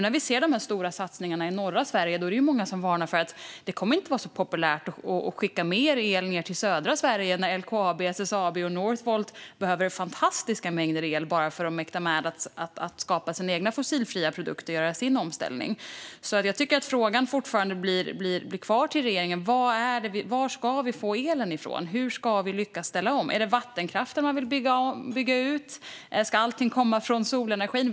Gällande de stora satsningarna i norra Sverige är det många som varnar för att det inte kommer att vara så populärt att skicka mer el ned till södra Sverige när LKAB, SSAB och Northvolt behöver fantastiska mängder el bara för att mäkta med att skapa sina egna fossilfria produkter och göra sin omställning. Frågan till regeringen kvarstår därför: Var ska vi få elen ifrån? Hur ska vi lyckas ställa om? Är det vattenkraften man vill bygga ut? Ska allting komma från solenergi?